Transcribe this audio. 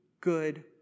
good